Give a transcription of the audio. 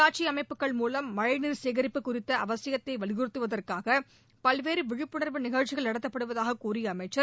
உள்ளாட்சி அமைப்புகள் மூலம் மழைநீர் சேகரிப்பு குறித்த அவசியத்தை வலியுறுத்துவதற்காக பல்வேறு விழிப்புணர்வு நிகழ்ச்சிகள் நடத்தப்படுவதாகக் கூறிய அமைச்சர்